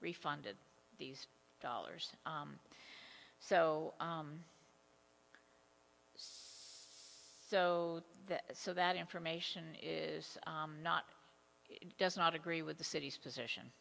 refunded these dollars so so that so that information is not does not agree with the city's position